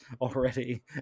already